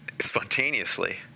spontaneously